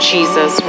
Jesus